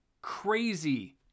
crazy